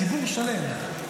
ציבור שלם.